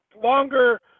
longer